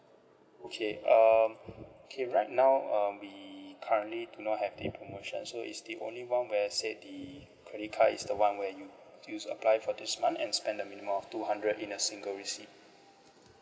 okay um okay right now um we currently do not have the promotion so it's the only one where I said the credit card is the one where you used to apply for this month and spend the minimum of two hundred in a single receipt